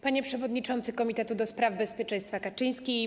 Panie Przewodniczący Komitetu ds. Bezpieczeństwa Kaczyński!